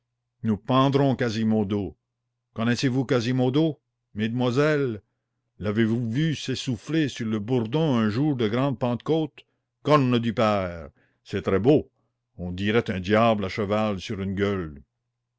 nous pendrons quasimodo connaissez-vous quasimodo mesdamoiselles l'avez-vous vu s'essouffler sur le bourdon un jour de grande pentecôte corne du père c'est très beau on dirait un diable à cheval sur une gueule